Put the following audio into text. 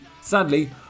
Sadly